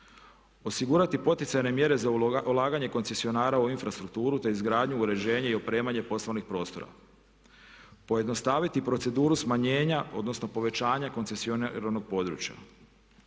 osigurati poticajne mjere za ulaganje koncesionara u infrastrukturu, te izgradnju, uređenje i opremanje poslovnih prostora. Pojednostaviti proceduru smanjenja odnosno povećanja koncesioniranog područja,